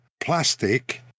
plastic